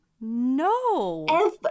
No